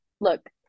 look